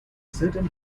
certain